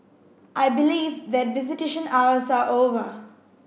I believe that visitation hours are over